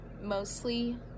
mostly